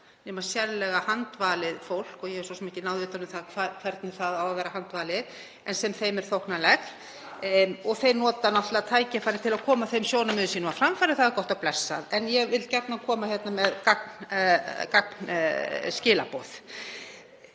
nema sérlega handvalið fólk, og ég hef svo sem ekki náð utan um hvernig það á að vera handvalið, sem þeim er þóknanlegt. Þeir nota náttúrlega tækifærið til að koma þeim sjónarmiðum sínum á framfæri. Það er gott og blessað en ég vil gjarnan koma hingað með gagnskilaboð.